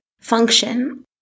function